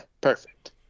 perfect